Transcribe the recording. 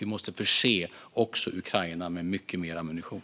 Vi måste också förse Ukraina med mycket mer ammunition.